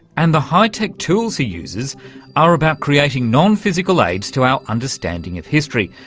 and the high-tech tools he uses are about creating non-physical aids to our understanding of history,